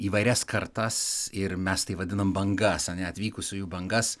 įvairias kartas ir mes tai vadinam bangas ane atvykusiųjų bangas